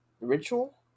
Ritual